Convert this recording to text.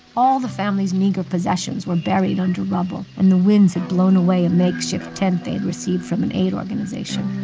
all the family's meager possessions were buried under rubble, and the winds had blown away a makeshift tent they'd received from an aid organization.